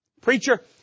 Preacher